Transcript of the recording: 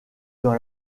dans